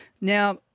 Now